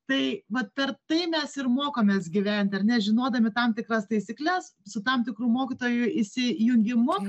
tai vat per tai mes ir mokomės gyventi ar ne žinodami tam tikras taisykles su tam tikru mokytojo įsijungimu